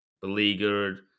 beleaguered